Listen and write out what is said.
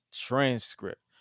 transcript